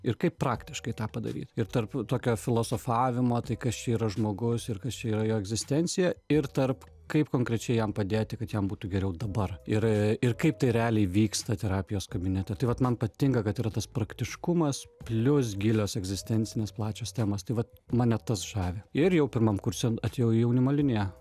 ir kaip praktiškai tą padaryt ir tarp tokio filosofavimo tai kas čia yra žmogaus ir kas čia yra jo egzistencija ir tarp kaip konkrečiai jam padėti kad jam būtų geriau dabar ir ir kaip tai realiai vyksta terapijos kabinete tai vat man patinka kad yra tas praktiškumas plius gilios egzistencinės plačios temos tai vat mane tas žavi ir jau pirmam kurse atėjau į jaunimo liniją